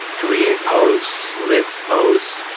create posts, lists posts,